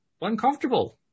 uncomfortable